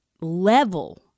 level